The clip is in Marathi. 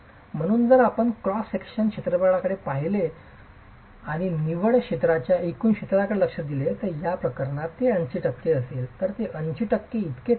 म्हणून जर आपण क्रॉस सेक्शनचे क्षेत्रफळाकडे पाहिले आणि निव्वळ क्षेत्राच्या एकूण क्षेत्राकडे लक्ष दिले तर या प्रकरणात ते 80 टक्के असेल तर ते 80 टक्के इतके ठोस आहे